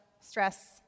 stress